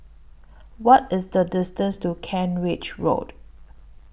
What IS The distance to Kent Ridge Road